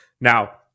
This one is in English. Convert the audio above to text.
Now